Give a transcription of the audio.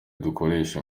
dukesha